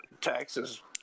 taxes